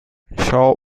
shaw